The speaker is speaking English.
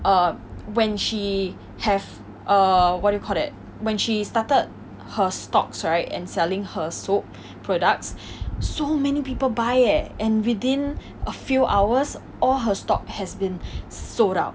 err when she have a what you call that when she started her stocks right and selling her soap products so many people buy eh and within a few hours all her stocks has been sold out